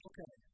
Okay